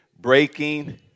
Breaking